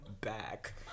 back